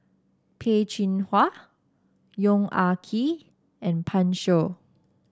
Peh Chin Hua Yong Ah Kee and Pan Shou